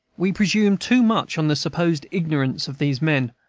we presume too much on the supposed ignorance of these men.